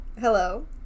hello